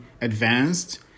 advanced